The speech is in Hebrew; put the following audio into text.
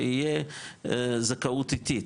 שיהיה זכאות איטית,